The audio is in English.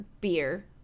beer